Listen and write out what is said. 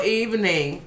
evening